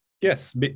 yes